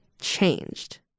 changed